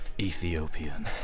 Ethiopian